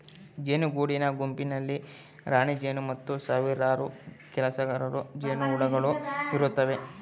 ಜೇನು ಗೂಡಿನ ಗುಂಪಿನಲ್ಲಿ ರಾಣಿಜೇನು ಮತ್ತು ಸಾವಿರಾರು ಕೆಲಸಗಾರ ಜೇನುಹುಳುಗಳು ಇರುತ್ತವೆ